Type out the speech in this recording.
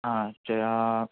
చేయా